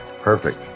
Perfect